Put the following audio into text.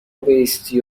بایستی